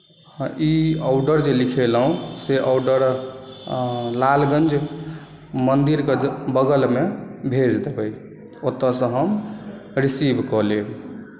ई order जे लिखेलहुँ से ऑर्डर लालगञ्ज मन्दिरके बगलमे भेज देबै ओतय सँ हम रिसीव कऽ लेब